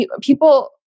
people